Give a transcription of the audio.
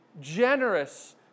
Generous